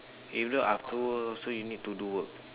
even after work also you need to do work